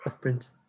Print